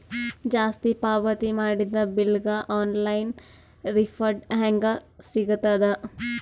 ಜಾಸ್ತಿ ಪಾವತಿ ಮಾಡಿದ ಬಿಲ್ ಗ ಆನ್ ಲೈನ್ ರಿಫಂಡ ಹೇಂಗ ಸಿಗತದ?